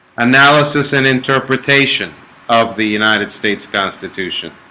analysis and interpretation of the united states constitution